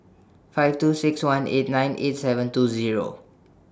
five two six one eight nine eight seven two Zero